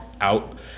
out